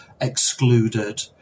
excluded